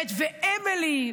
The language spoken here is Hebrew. ואמילי,